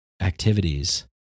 activities